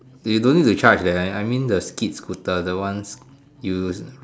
you don't need to charge that one I mean the skate scooter the one you use